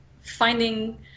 finding